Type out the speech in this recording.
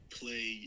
play